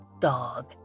dog